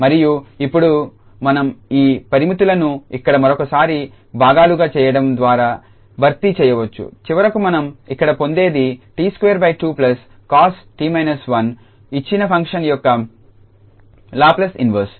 మరియు ఇప్పుడు మనం ఆ పరిమితులను ఇక్కడ మరోసారి భాగాలుగా చేయడం ద్వారా భర్తీ చేయవచ్చు చివరకు మనం ఇక్కడ పొందేది t 22cos𝑡−1 ఇచ్చిన ఫంక్షన్ యొక్క లాప్లేస్ ఇన్వర్స్